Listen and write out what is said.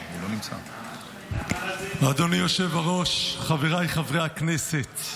אדוני היושב-ראש, חבריי חברי הכנסת,